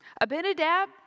Abinadab